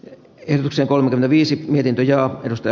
esityksen kolme viisi miljardia josta